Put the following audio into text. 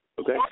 Okay